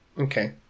Okay